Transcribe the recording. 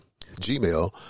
Gmail